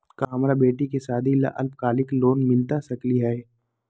का हमरा बेटी के सादी ला अल्पकालिक लोन मिलता सकली हई?